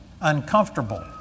uncomfortable